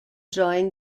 join